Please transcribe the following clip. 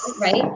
right